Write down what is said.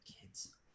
kids